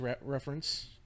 reference